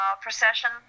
procession